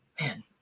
man